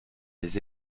les